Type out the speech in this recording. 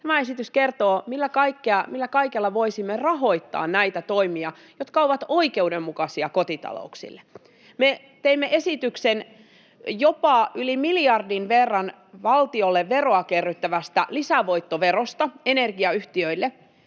tämä esitys kertoo, millä kaikella voisimme rahoittaa näitä toimia, jotka ovat oikeudenmukaisia kotitalouksille. Me teimme esityksen jopa yli miljardin verran valtiolle veroa kerryttävästä lisävoittoverosta energiayhtiöille,